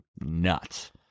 nuts